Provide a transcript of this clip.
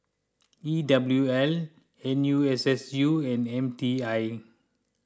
E W L N U S S U and M T I